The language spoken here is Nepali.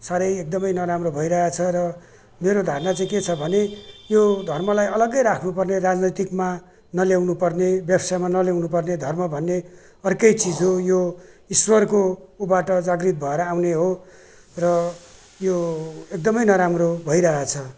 साह्रै एकदमै नराम्रो भइरहेको छ र मेरो धारणा चाहिँ के छ भने यो धर्मलाई अलगै राख्नुपर्ने राजनीतिमा नल्याउनुपर्ने व्यवसायमा नल्याउनुपर्ने धर्म भन्ने अर्कै चिज हो यो ईश्वरको उबाट जागृत भएर आउने हो र यो एकदमै नराम्रो भइरहेको छ